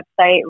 website